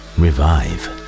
revive